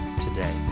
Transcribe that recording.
today